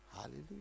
Hallelujah